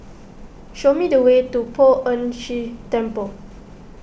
show me the way to Poh Ern Shih Temple